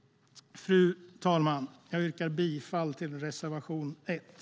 Fru talman! Jag yrkar bifall till reservation 1.